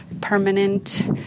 permanent